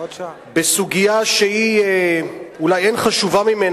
בסוגיה שאולי אין חשובה ממנה,